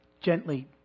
gently